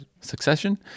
succession